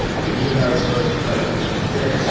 when you and i were both invited to a dinner,